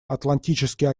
атлантический